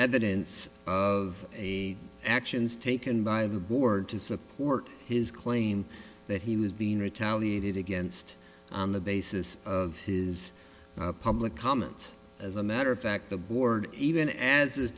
end of a actions taken by the board to support his claim that he was being retaliated against on the basis of his public comments as a matter of fact the board even as this